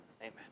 Amen